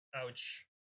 ouch